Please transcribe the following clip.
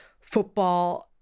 football